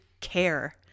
care